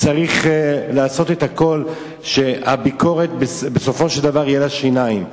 צריך לעשות הכול שלביקורת בסופו של דבר יהיו שיניים.